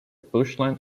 bushland